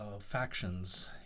factions